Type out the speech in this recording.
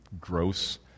gross